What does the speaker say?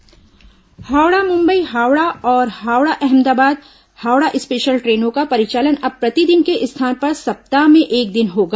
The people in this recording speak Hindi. ट्रेन परिचालन हावड़ा मुंबई हावड़ा और हावड़ा अहमदाबाद हावड़ा स्पेशल ट्रेनों का परिचालन अब प्रतिदिन के स्थान पर सप्ताह में एक दिन होगा